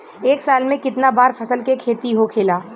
एक साल में कितना बार फसल के खेती होखेला?